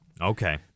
Okay